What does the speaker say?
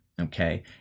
Okay